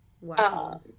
Wow